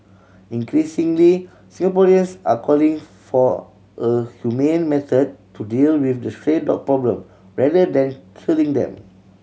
increasingly Singaporeans are calling for a humane method to deal with the stray dog problem rather than culling them